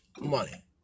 money